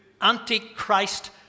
antichrist